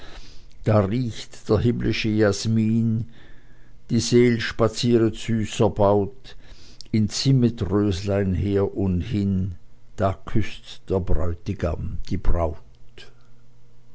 da riecht der himmlische jasmin die seel spazieret süß erbaut in zimmetröslein her und hin da küßt der bräutigam die braut